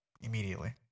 immediately